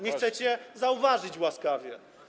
nie chcecie zauważyć łaskawie.